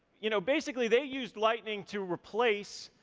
you know basically they used lightning to replace,